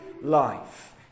life